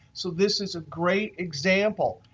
so this is a great example.